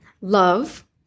love